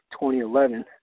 2011